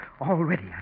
already